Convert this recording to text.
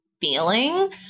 feeling